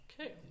okay